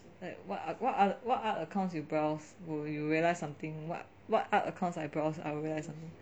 like what are what are what art accounts you browse will you realise something what what art accounts I browse I will realise something